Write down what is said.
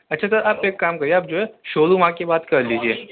اچھا سر آپ ایک کام کریئے آپ جو ہے شو روم آ کے بات کر لیجیے